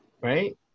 right